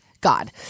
God